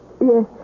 Yes